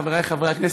חברי חברי הכנסת,